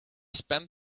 spent